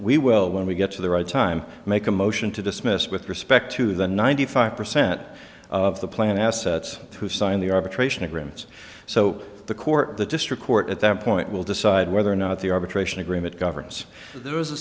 we will when we get to the right time make a motion to dismiss with respect to the ninety five percent of the plant assets who signed the arbitration agreements so the court the district court at that point will decide whether or not the arbitration agreement governs there is a